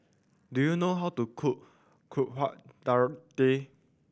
do you know how to cook Kuih Dadar